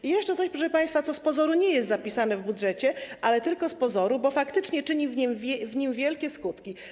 I jeszcze coś, proszę państwa, co z pozoru nie jest zapisane w budżecie, ale tylko z pozoru, bo faktycznie powoduje to w nim wielkie skutki.